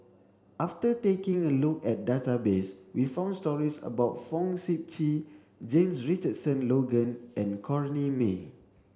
after taking a look at database we found stories about Fong Sip Chee James Richardson Logan and Corrinne May